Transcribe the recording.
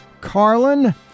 Carlin